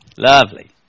Lovely